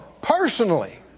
personally